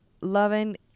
Loving